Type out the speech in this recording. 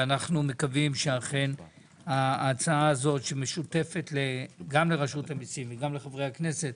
ואנחנו מקווים שאכן ההצעה הזאת שמשותפת גם לרשות המיסים וגם לחברי הכנסת